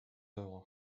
œuvres